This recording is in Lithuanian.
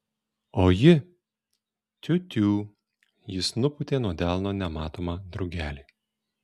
o ji tiu tiū jis nupūtė nuo delno nematomą drugelį